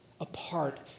apart